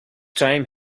time